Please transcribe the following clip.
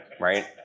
right